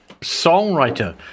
songwriter